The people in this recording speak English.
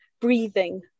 breathing